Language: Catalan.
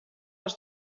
els